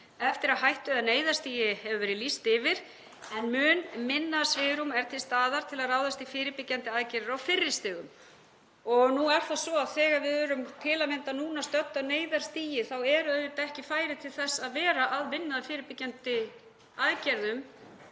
eftir að hættu- eða neyðarstigi hefur verið lýst yfir en mun minna svigrúm er til staðar til að ráðast í fyrirbyggjandi aðgerðir á fyrri stigum. Núna þegar við erum til að mynda stödd á neyðarstigi þá er auðvitað ekki færi til þess að vera að vinna að fyrirbyggjandi aðgerðum